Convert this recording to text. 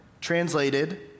translated